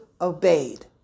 obeyed